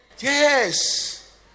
Yes